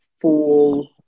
full